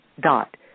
dot